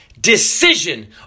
decision